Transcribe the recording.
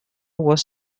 was